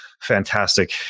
fantastic